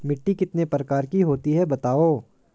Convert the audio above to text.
मिट्टी कितने प्रकार की होती हैं बताओ?